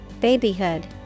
Babyhood